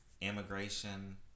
immigration